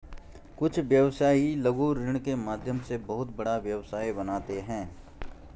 कुछ व्यवसायी लघु ऋण के माध्यम से बहुत बड़ा व्यवसाय बनाते हैं